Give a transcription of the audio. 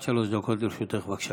עד שלוש דקות לרשותך, בבקשה.